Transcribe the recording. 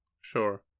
Sure